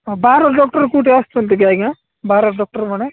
ହଁ ବାହାରର ଡକ୍ଟର୍ କୋଉଠି ଆସୁଛନ୍ତି କି ଆଜ୍ଞା ବାହାରର ଡକ୍ଟର୍ମାନେ